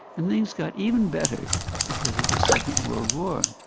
and things got even better because of the second world war.